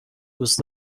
دوست